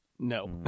No